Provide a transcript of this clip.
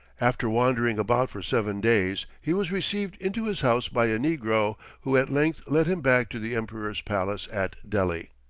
after wandering about for seven days, he was received into his house by a negro, who at length led him back to the emperor's palace at delhi.